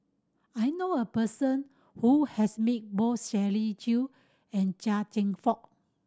I know a person who has met both Shirley Chew and Chia Cheong Fook